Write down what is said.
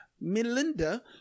Melinda